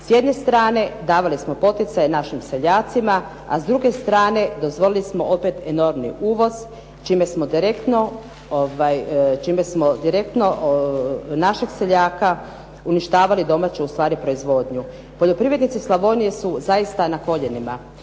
S jedne strane davali smo poticaje našim seljacima, a s druge strane dozvolili smo opet enormni uvoz čime smo direktno našeg seljaka uništavali domaću ustvari proizvodnju. Poljoprivrednici Slavonije su zaista na koljenima.